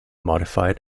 modified